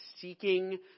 seeking